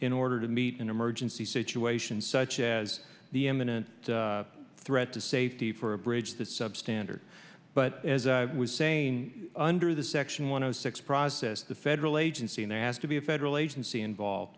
in order to meet in emergency situations such as the imminent threat to safety for a bridge that substandard but as i was saying under the section one hundred six process the federal agency and asked to be federal agency involved